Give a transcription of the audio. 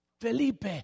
Felipe